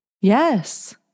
Yes